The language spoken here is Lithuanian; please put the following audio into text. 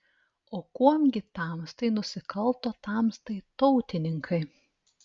o kuom gi tamstai nusikalto tamstai tautininkai